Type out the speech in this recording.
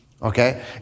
Okay